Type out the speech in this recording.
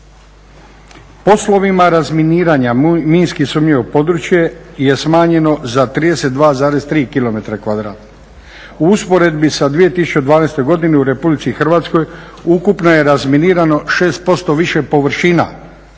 Poslovima razminiranja minski sumnjivo područje je smanjeno za 32,3 kilometra kvadratna. U usporedbi sa 2012. godinom u RH ukupno je razminirano 6% više površina.